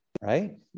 right